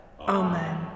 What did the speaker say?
amen